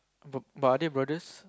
but but are they brothers